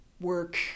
work